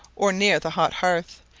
or near the hot hearth,